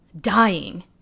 dying